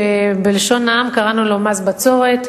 שבלשון העם קראנו לו מס בצורת.